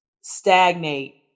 stagnate